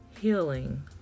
Healing